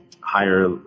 higher